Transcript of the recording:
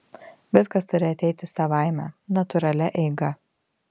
viskas turi ateiti savaime natūralia eiga